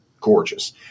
gorgeous